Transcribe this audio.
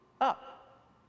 up